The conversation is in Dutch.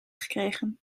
gekregen